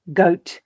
goat